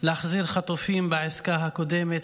להחזיר חטופים בעסקה הקודמת,